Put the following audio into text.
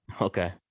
Okay